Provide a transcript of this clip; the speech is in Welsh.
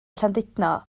llandudno